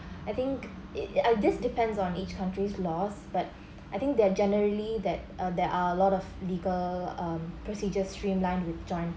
I think it uh this depends on each country's laws but I think they're generally that uh there are a lot of legal um procedures streamlined with joint